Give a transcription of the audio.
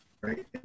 Right